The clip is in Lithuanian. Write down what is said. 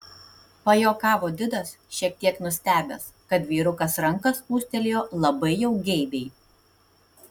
pajuokavo didas šiek tiek nustebęs kad vyrukas ranką spūstelėjo labai jau geibiai